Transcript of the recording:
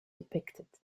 depicted